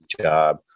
job